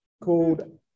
called